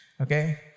okay